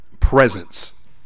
Presence